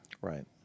Right